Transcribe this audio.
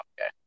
okay